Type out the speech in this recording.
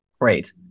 Great